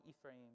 Ephraim